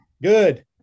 Good